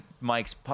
Mike's